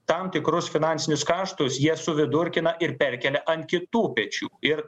tam tikrus finansinius kaštus jie suvidurkina ir perkelia ant kitų pečių ir